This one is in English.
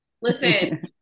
Listen